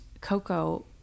Coco